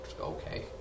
okay